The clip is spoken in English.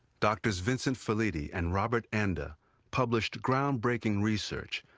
doctors vincent felitti and robert anda published groundbreaking research,